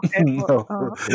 No